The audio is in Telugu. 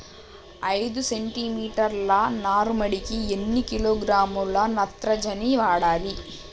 ఐదు సెంటిమీటర్ల నారుమడికి ఎన్ని కిలోగ్రాముల నత్రజని వాడాలి?